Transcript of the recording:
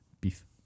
beef